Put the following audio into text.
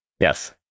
Yes